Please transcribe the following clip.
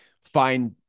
find